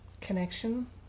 connection